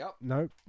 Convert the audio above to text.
nope